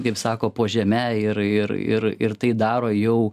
kaip sako po žeme ir ir ir ir tai daro jau